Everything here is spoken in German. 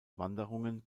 wanderungen